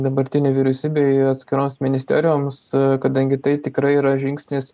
dabartinei vyriausybei atskiroms ministerijoms kadangi tai tikrai yra žingsnis